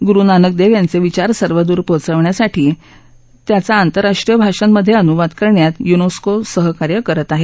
गुरु नानक देव याद्विविचार सर्वदूर पोचवण्यासाठी त्याचा आस्त्रिराष्ट्रीय भाषास्त्रिये अनुवाद करण्यात युनेस्को सहकार्य करत आहे